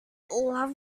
love